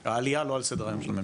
העלייה היא לא על סדר היום של הממשלה.